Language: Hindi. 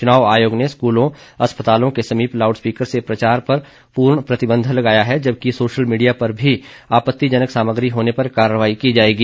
चुनाव आयोग ने स्कूलों अस्पतालों के समीप लाउड स्पीकर से प्रचार पर पूर्ण प्रतिबंध लगाया है जबकि सोशल मीडिया पर भी आपतिजनक सामग्री होने पर कार्रवाई की जाएगी